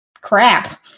crap